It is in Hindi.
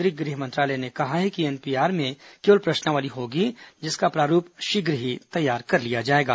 केन्द्रीय गृह मंत्रालय ने कहा है कि एन पी आर में केवल प्रश्नावली होगी जिसका प्रारूप शीघ्र ही तैयार कर लिया जाएगा